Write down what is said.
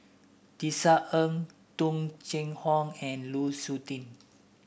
Tisa Ng Tung Chye Hong and Lu Suitin